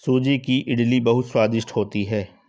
सूजी की इडली बहुत स्वादिष्ट होती है